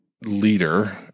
leader